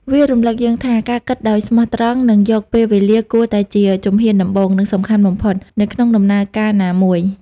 វារំលឹកយើងថា ការគិតដោយស្មោះត្រង់ និងយកពេលវេលាគួរតែជាជំហានដំបូង និងសំខាន់បំផុត នៅក្នុងដំណើរការណាមួយ។